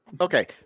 Okay